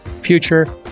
future